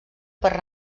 per